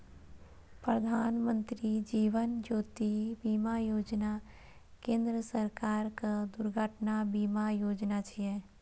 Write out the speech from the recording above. प्रधानमत्री जीवन ज्योति बीमा योजना केंद्र सरकारक दुर्घटना बीमा योजना छियै